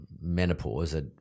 menopause